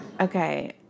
Okay